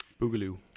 Boogaloo